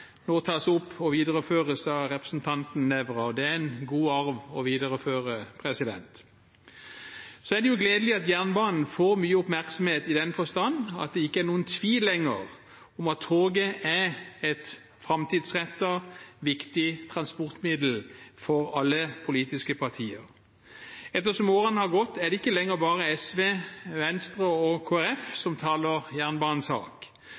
nå tas opp og videreføres av representanten Nævra. Det er en god arv å videreføre. Så er det jo gledelig at jernbanen får mye oppmerksomhet, i den forstand at det ikke er noen tvil lenger om at toget er et framtidsrettet og viktig transportmiddel – for alle politiske partier. Etter som årene har gått, er det ikke lenger bare SV, Venstre og